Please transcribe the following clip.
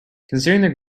considering